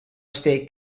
state